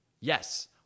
Yes